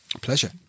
Pleasure